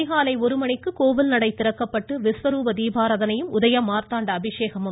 அதிகாலை ஒரு மணிக்கு கோவில் நடை திறக்கப்பட்டு விஸ்வருப தீபாராதணையும் உதயமார்த்தண்ட அபிஷேகமும் நடைபெற்றது